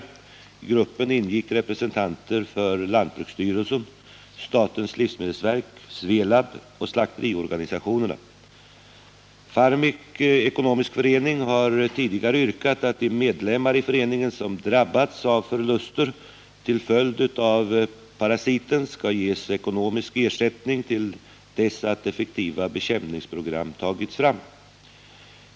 I gruppen ingick representanter för lantbruksstyrelsen, statens livsmedelsverk, Svelab och slakteriorganisationerna. Farmek ek. förening har tidigare yrkat att de medlemmar i föreningen som drabbats av förluster till följd av parasiten skall ges ekonomisk ersättning till dess att effektiva bekämpningsprogram tagits fram.